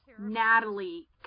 Natalie